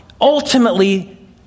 ultimately